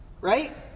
right